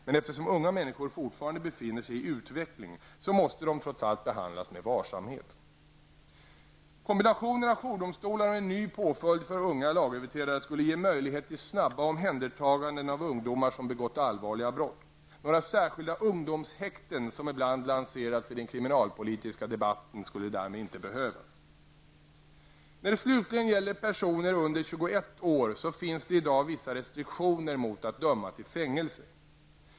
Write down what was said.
Men eftersom unga människor fortfarande befinner sig i utveckling, måste de trots allt behandlas med varsamhet. Kombinationen av jourdomstolar och en ny påföljd för unga lagöverträdare skulle ge möjlighet till snabba omhändertaganden av ungdomar som begått allvarliga brott. Några särskilda ungdomshäkten, som ibland lanserats i den kriminalpolitiska debatten, skulle därmed inte behövas. När det slutligen gäller personer under 21 år finns det i dag vissa restriktioner mot att döma till fängelse.